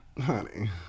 Honey